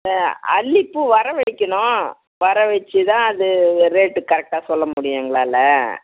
அல்லிப்பூ வர வைக்கணும் வர வச்சு தான் அது ரேட்டு கரெக்டாக சொல்ல முடியும் எங்களால்